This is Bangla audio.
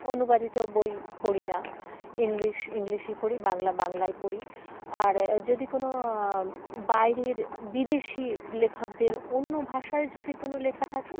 অনুবাদিত বই পড়ি না ইংলিশ ইংলিশই পড়ি বাংলা বাংলায় পড়ি আর যদি কোনো বাইরের বিদেশি লেখকদের অন্য ভাষায় যদি কোনো লেখা থাকে